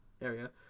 area